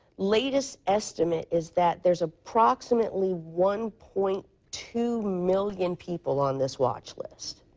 latest estimate is that there's approximately one point two million people on this watch list.